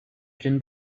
gin